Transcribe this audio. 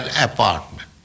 apartment